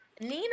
Nina